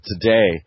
today